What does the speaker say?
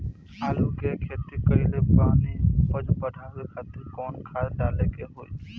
आलू के खेती कइले बानी उपज बढ़ावे खातिर कवन खाद डाले के होई?